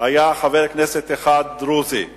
היה חבר כנסת דרוזי אחד,